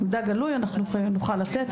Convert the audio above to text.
מידע גלוי אנחנו נוכל לתת,